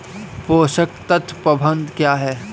पोषक तत्व प्रबंधन क्या है?